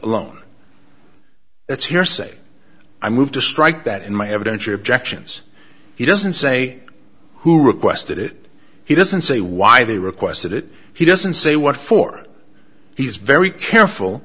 a loan that's hearsay i moved to strike that in my evidentiary objections he doesn't say who requested it he doesn't say why they requested it he doesn't say what for he's very careful